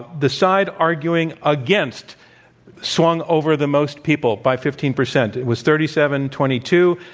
the side arguing against swung over the most people by fifteen percent. it was thirty seven twenty two,